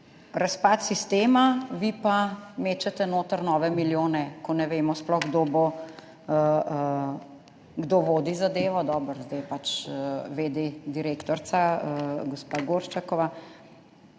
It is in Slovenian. razpad sistema, vi pa mečete noter nove milijone, ko ne vemo sploh, kdo vodi zadevo, dobro, zdaj pač v. d. direktorica, gospa Gorščak.